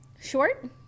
Short